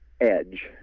edge